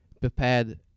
prepared